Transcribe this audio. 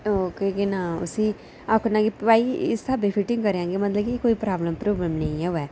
ओह् केह् नां आखी ओड़ना भाई इस स्हाबै फिटिंग करेआं मतलब कि कोई प्राब्लम प्रुबलम निं आवै